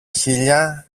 χείλια